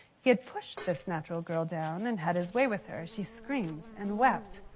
he had pushed this natural girl down and had his way with her. she screamed and wept,